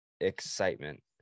excitement